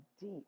deep